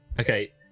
Okay